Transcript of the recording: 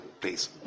please